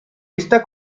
esta